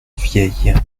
vieilles